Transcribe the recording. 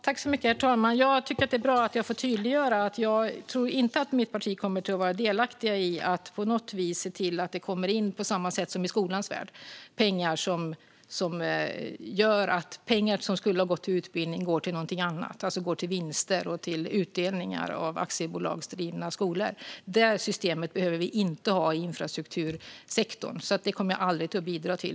Herr talman! Det är bra att jag får tydliggöra att jag inte tror att mitt parti kommer att vara delaktigt i att på något vis se till att det blir som i skolans värld, där det kommer in pengar som gör att pengar som skulle ha gått till utbildning går till annat, det vill säga vinster och utdelningar från de aktiebolagsdrivna skolorna. Detta system behöver vi inte ha i infrastruktursektorn, och det kommer jag aldrig att bidra till.